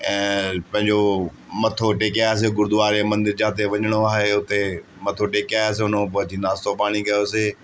ऐं पंहिंजो मथो टेके आयासीं गुरुद्वारे मंदर जाते वञिणो आहे उते मथो टेके आयासीं उन खो पोइ अची नाश्तो पाणी कयोसीं